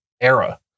era